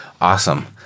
Awesome